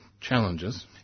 challenges